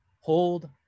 hold